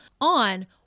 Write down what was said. on